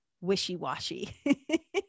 wishy-washy